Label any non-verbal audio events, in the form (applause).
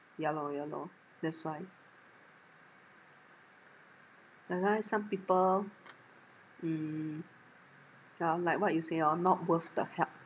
ya lor ya lor that's why that's why some people (noise) mm yeah like what you say orh not worth the help